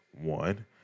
one